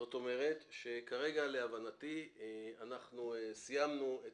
זאת אומרת שכרגע להבנתי אנחנו סיימנו את